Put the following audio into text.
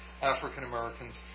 African-Americans